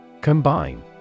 Combine